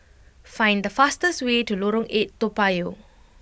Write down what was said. find the fastest way to Lorong eight Toa Payoh